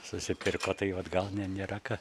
susipirko tai vat gal ne nėra ką